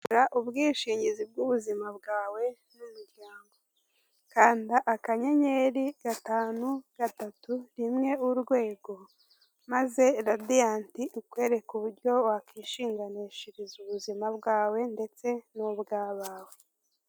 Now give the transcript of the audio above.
Gura ubwishingizi bw'ubuzima bwawe n'umuryango, kanda akanyenyeri gatanu gatatu rimwe urwego maze Radiyanti ikwereke uburyo wakishinganishiriza ubuzima bwawe ndetse n'ubw'abawe.